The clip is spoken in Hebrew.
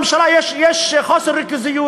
לממשלה יש חוסר ריכוזיות.